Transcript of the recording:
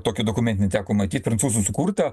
tokį dokumentinį teko matyt prancūzų sukurtą